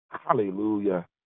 Hallelujah